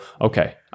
okay